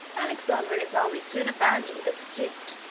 alexander and his army soon abandoned the pursuit,